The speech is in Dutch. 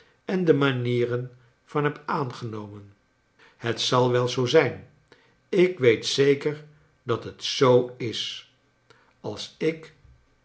en de manieren van heb aangenomen het zal wel zoo zijn ik weet zeker dat het zoo is als ik